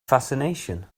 fascination